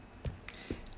>Z>